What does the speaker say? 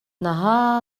наһаа